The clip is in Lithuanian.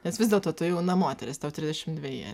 nes vis dėlto ta jauna moteris tau trisdešimt dveji